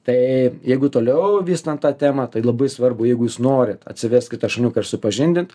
tai jeigu toliau vystant tą temą tai labai svarbu jeigu jūs norit atsivest kitą šuniuką supažindint